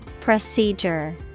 Procedure